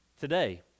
today